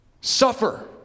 Suffer